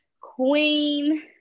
Queen